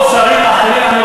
שרים אחרים,